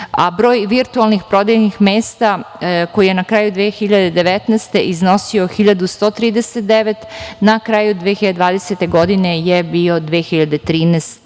a broj virtuelnih prodajnih mesta, koji je na kraju 2019. godine iznosio 1.139, na kraju 2020. godine je bio 2013.